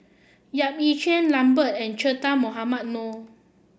Yap Ee Chian Lambert and Che Dah Mohamed Noor